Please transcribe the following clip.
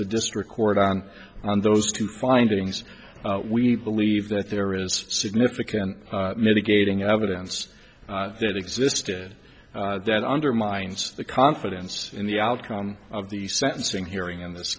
the district court on on those two findings we believe that there is significant mitigating evidence that existed that undermines the confidence in the outcome of the sentencing hearing in this